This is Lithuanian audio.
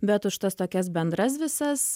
bet už tas tokias bendras visas